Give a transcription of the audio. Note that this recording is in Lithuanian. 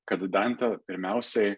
kad dantė pirmiausiai